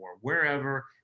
wherever